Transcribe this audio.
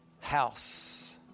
house